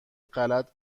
غلط